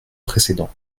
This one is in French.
précédent